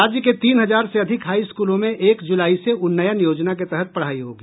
राज्य के तीन हजार से अधिक हाई स्कूलों में एक जुलाई से उन्नयन योजना के तहत पढ़ाई होगी